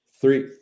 three